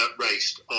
raced